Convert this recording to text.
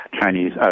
Chinese